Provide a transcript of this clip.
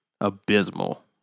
abysmal